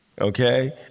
okay